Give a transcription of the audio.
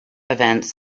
events